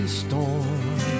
storm